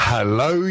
Hello